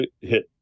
hit